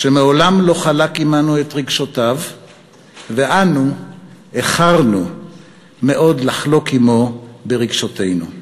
שמעולם לא חלק עמנו את רגשותיו ואנו איחרנו מאוד לחלוק עמו את רגשותינו.